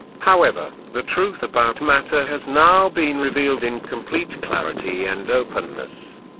however, the truth about matter has now been revealed in complete clarity and openness.